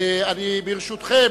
ברשותכם,